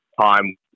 time